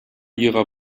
ihrer